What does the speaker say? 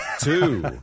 Two